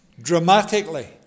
dramatically